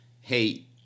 hey